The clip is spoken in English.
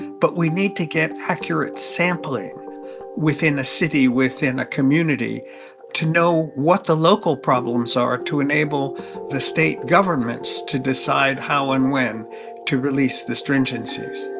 but we need to get accurate sampling within a city, within a community to know what the local problems are to enable the state governments to decide how and when to release the stringencies